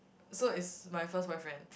so is my first boyfriend